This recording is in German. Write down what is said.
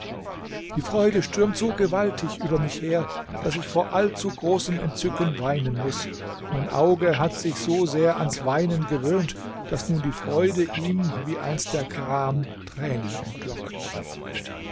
die freude stürmt so gewaltig über mich her daß ich vor allzu großem entzücken weinen muß mein auge hat sich so sehr ans weinen gewöhnt daß nun die freude ihm wie einst der gram tränen entlockt